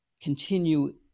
continue